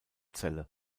celle